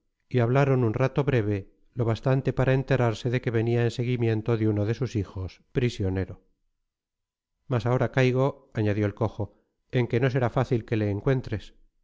y hablaron un rato breve lo bastante para enterarse de que venía en seguimiento de uno de sus hijos prisionero mas ahora caigo añadió el cojo en que no será fácil que le encuentres